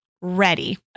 Ready